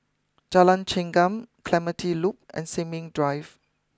Jalan Chengam Clementi Loop and Sin Ming Drive